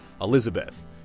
Elizabeth